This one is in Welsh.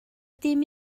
dim